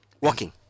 Walking